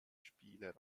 spieler